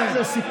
כן.